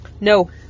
no